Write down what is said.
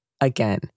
Again